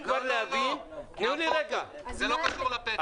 זה לא קשור לפטם.